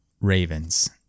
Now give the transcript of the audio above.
ravens